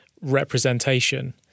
representation